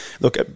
look